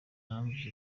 mpamvu